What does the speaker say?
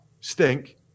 stink